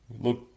look